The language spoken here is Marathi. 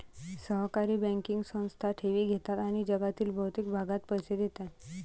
सहकारी बँकिंग संस्था ठेवी घेतात आणि जगातील बहुतेक भागात पैसे देतात